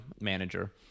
manager